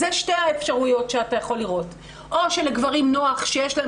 אלה שתי האפשרויות שאתה יכול לראות: או שלגברים נוח שיש להם